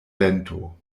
vento